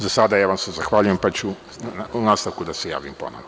Za sada vam se zahvaljujem, pa ću u nastavku da se javim ponovo.